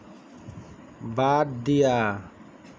বাদ দিয়া